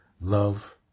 Love